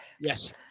Yes